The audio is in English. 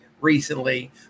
recently